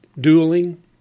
dueling